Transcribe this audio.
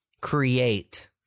create